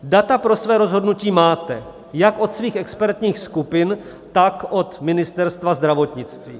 Data pro své rozhodnutí máte jak od svých expertních skupin, tak od Ministerstva zdravotnictví.